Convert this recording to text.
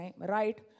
right